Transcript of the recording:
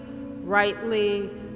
rightly